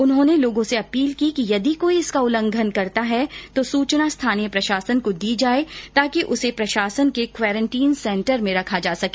उन्होंने लोगों से अपील की है कि यदि कोई इसका उल्लंघन करता है तो सूचना स्थानीय प्रशासन को दी जाए ताकि उसे प्रशासन के क्वारेंटीन सेंटर में रखा जा सके